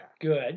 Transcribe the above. Good